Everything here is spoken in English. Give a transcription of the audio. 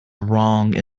wrong